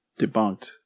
debunked